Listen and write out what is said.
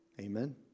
Amen